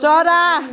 चरा